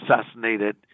assassinated